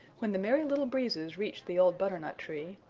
when the merry little breezes reached the old butternut tree,